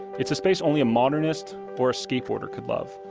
it's a space only a modernist or a skateboarder could love.